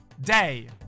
Day